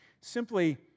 Simply